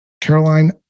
Caroline